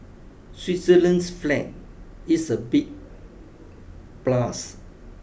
Switzerland's flag is a big plus